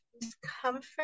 discomfort